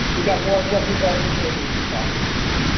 we've got more. jessie's also saying reduced opportunity.